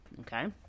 okay